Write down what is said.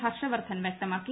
ഹർഷവർദ്ധൻ വ്യക്തമാക്കി